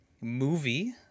movie